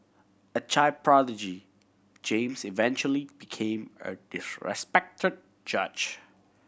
a child prodigy James eventually became a disrespected judge